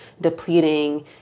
depleting